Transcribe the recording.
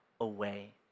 away